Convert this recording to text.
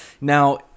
Now